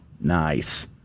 Nice